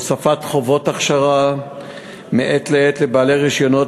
הוספת חובות הכשרה מעת לעת לבעלי רישיונות.